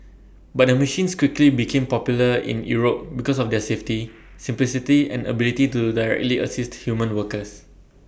but the machines quickly became popular in Europe because of their safety simplicity and ability to directly assist human workers